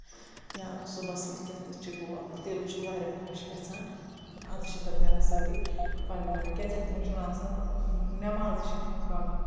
یا صبُحس ؤتھِتھ چھُ ہُہ دِل چھُ واریاہ خۄش گژھان اَدٕ چھِ پَتہٕ نیران سٲری پنٕنہِ پنٕنہِ کیازِ اتھ منٛز چھُنہٕ آسان نؠمازٕ چھِ اتھ منٛز پران